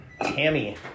Tammy